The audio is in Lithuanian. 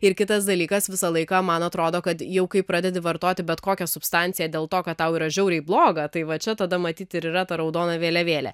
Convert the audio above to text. ir kitas dalykas visą laiką man atrodo kad jau kai pradedi vartoti bet kokią substanciją dėl to kad tau yra žiauriai bloga tai va čia tada matyt ir yra ta raudona vėliavėlė